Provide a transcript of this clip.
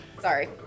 sorry